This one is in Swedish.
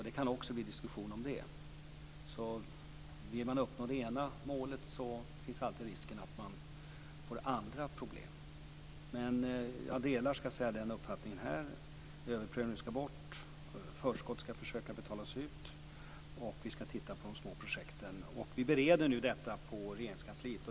Det kan också bli diskussion om det. Vill man uppnå det ena målet finns alltid risken att man får problem med annat. Jag delar alltså uppfattningen att överprövningen skall bort. Vidare gäller det att försöka betala ut förskott. Dessutom skall vi titta på de små projekten. Vi bereder nu det här inom Regeringskansliet.